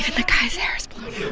the guy's hair is blown